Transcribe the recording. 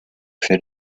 fait